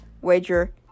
wager